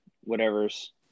whatever's